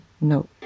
no